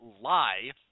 lie